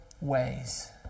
ways